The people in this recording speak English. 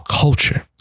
culture